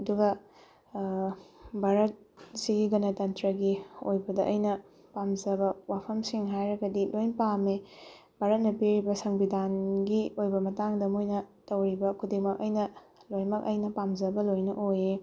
ꯑꯗꯨꯒ ꯚꯥꯔꯠ ꯁꯤꯒꯤ ꯒꯅꯇꯟꯇ꯭ꯔꯒꯤ ꯑꯣꯏꯕꯗ ꯑꯩꯅ ꯄꯥꯝꯖꯕ ꯋꯥꯐꯝꯁꯤꯡ ꯍꯥꯏꯔꯒꯗꯤ ꯂꯣꯏꯅ ꯄꯥꯝꯃꯦ ꯚꯥꯔꯠꯅ ꯄꯤꯔꯤꯕ ꯁꯪꯕꯤꯗꯥꯟꯒꯤ ꯑꯣꯏꯕ ꯃꯇꯥꯡꯗ ꯃꯣꯏꯅ ꯇꯧꯔꯤꯕ ꯈꯨꯗꯤꯡꯃꯛ ꯑꯩꯅ ꯂꯣꯏꯅꯃꯛ ꯑꯩꯅ ꯄꯥꯝꯖꯕ ꯂꯣꯏꯅ ꯑꯣꯏꯌꯦ